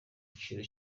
giciro